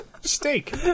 steak